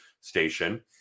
station